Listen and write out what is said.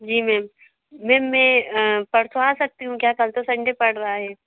जी ma'am ma'am मैं परसों आ सकती हूँ क्या कल तो संडे पड़ रहा है